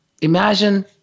imagine